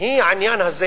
היא העניין הזה